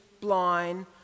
blind